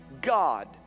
God